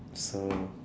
so